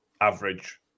average